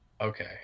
Okay